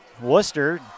Worcester